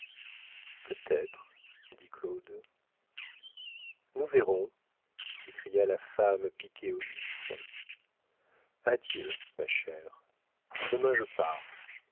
peut-être dit claude nous verrons s'écria la femme piquée au vif adieu ma chère demain je pars